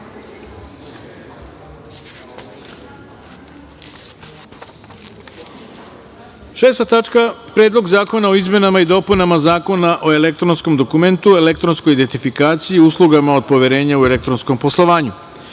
glasanje Predlog zakona o izmenama i dopunama Zakona o elektronskom dokumentu, elektronskoj identifikaciji i uslugama od poverenja u elektronskom poslovanju,